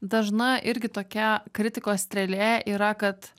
dažna irgi tokia kritikos strėlė yra kad